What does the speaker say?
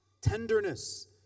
tenderness